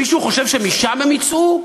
מישהו חושב שמשם הם יצאו?